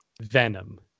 Venom